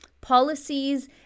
policies